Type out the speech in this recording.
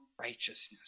righteousness